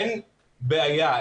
אין בעיה,